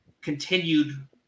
continued